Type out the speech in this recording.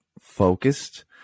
focused